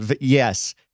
Yes